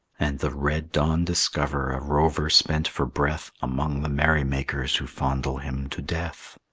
and the red dawn discover a rover spent for breath among the merrymakers who fondle him to death.